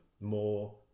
more